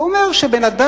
זה אומר שבן-אדם,